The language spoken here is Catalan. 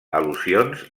al·lusions